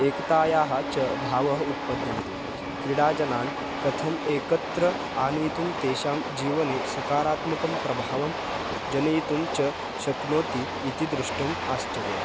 एकतायाः च भावः उत्पद्यन्ते क्रीडाजनान् कथम् एकत्र आनीतुं तेषां जीवने सकारात्मकं प्रभावं जनयितुं च शक्नोति इति द्रष्टुम् आश्चर्यम्